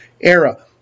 era